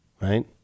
right